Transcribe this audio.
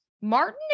Martin